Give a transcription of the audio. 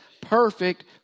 Perfect